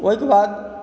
ओहिके बाद